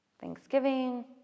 Thanksgiving